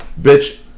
Bitch